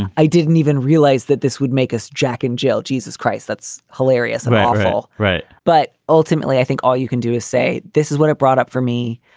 i didn't even realize that this would make us jack in jail. jesus christ, that's hilarious. all right. but ultimately, i think all you can do is say this is what it brought up for me.